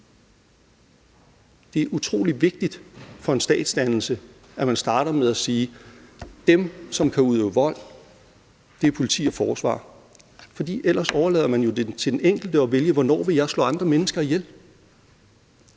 Det er utrolig vigtigt for en statsdannelse, at man starter med at sige, at dem, som kan udøve vold, er politi og forsvar, for ellers overlader man det jo til den enkelte at vælge, hvornår man vil slå andre mennesker ihjel,